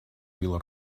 vila